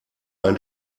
ein